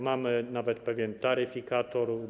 Mamy nawet pewien taryfikator.